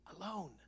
alone